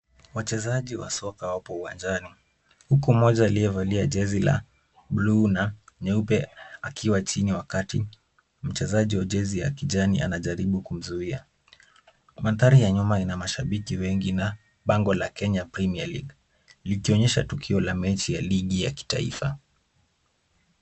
Wachezaji wa soka wapo uwanjani huku mmoja aliyevalia jezi la bluu na nyeupe akiwa chini wakati mchezaji wa jezi ya kijani anajaribu kumzuia. Mandhari ya nyuma ina mashabiki wengi na bango la Kenya Premier League likionyesha tukio la mechi ya ligi ya kitaifa.